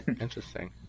Interesting